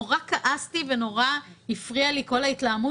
מאוד כעסתי ומאוד הפריעה לי כל ההתלהמות